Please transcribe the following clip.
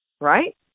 Right